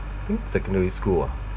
I think secondary school ah